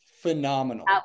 phenomenal